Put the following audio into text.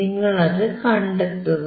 നിങ്ങൾതന്നെ കണ്ടെത്തുക